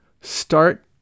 start